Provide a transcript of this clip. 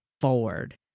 forward